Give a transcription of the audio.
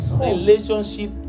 relationship